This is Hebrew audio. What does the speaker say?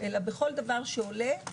אלא בכל דבר שעולה,